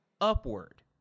upward